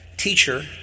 teacher